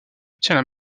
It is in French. obtient